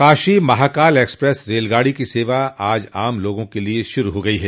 Kashi Mahakal express रेलगाड़ी की सेवा आज आम लोगों के लिए शुरू हो गई है